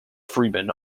freeman